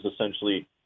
essentially